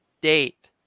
date